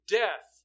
death